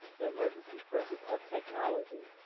the emergency purchase of technology?